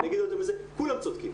ואגיד יותר מזה, כולם צודקים.